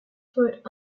put